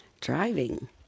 Driving